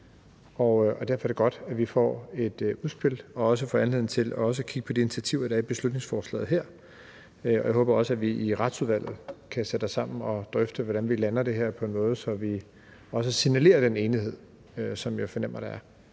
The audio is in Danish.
og derfor er det godt, at vi får et udspil og også får anledning til at kigge på de initiativer, der er i beslutningsforslaget her. Jeg håber også, at vi i Retsudvalget kan sætte os sammen og drøfte, hvordan vi lander det her på en måde, så vi også signalerer den enighed, som jeg fornemmer der er.